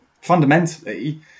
fundamentally